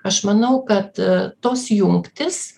aš manau kad tos jungtys